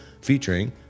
featuring